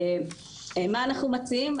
מה אנחנו מציעים?